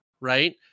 right